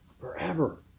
forever